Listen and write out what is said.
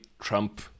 Trump